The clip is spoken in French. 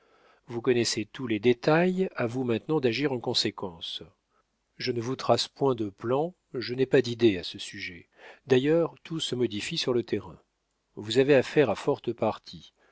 vous connaissez tous les détails à vous maintenant d'agir en conséquence je ne vous trace point de plan je n'ai pas d'idée à ce sujet d'ailleurs tout se modifie sur le terrain vous avez affaire à forte partie